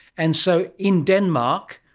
and so in denmark,